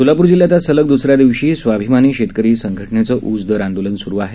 सोलापूर जिल्ह्यात सलग दुसऱ्या दिवशीही स्वाभिमानी शेतकरी संघटनेचं ऊस दर आंदोलन सुरू आहे